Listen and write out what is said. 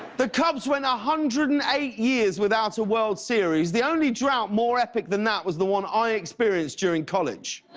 the cubs went one ah hundred and eight years without the world series. the only drought more epic than that was the one i experienced during college.